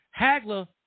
Hagler